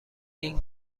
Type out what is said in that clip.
این